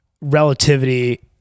relativity